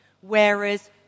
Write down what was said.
whereas